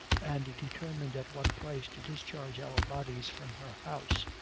and determined at what price to discharge our bodies from her house,